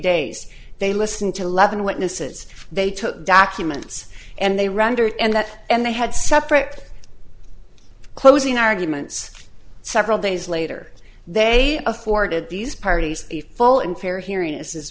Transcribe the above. days they listened to levin witnesses they took documents and they rendered and that and they had separate closing arguments several days later they afforded these parties a full and fair hearing is